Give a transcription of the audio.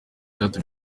cyatumye